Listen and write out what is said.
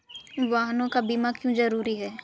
वाहनों का बीमा क्यो जरूरी है?